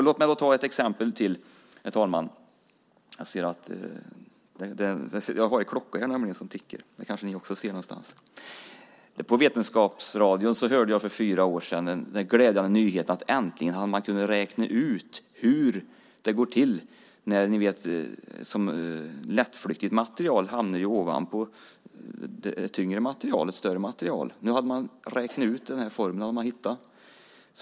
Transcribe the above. Låt mig ta ett exempel till, herr talman. På Vetenskapsradion hörde jag för fyra år sedan en glädjande nyhet. Äntligen hade man kunnat räkna ut hur det går till när lättflyktigt material hamnar ovanpå tyngre och större material. Nu hade man hittat formeln.